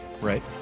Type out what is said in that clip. right